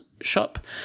Shop